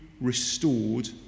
restored